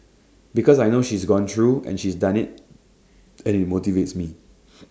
because I know she's gone through and she's done IT and IT motivates me